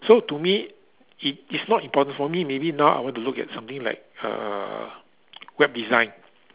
so to me it is not important for me maybe now I want to look at something like uh web design